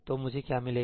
तो मुझे क्या मिलेगा